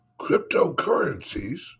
cryptocurrencies